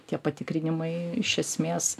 tie patikrinimai iš esmės